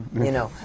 you know,